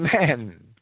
men